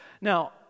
Now